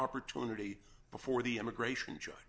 opportunity before the immigration